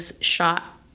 shot